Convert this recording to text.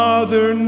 Father